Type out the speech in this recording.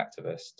activist